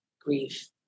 grief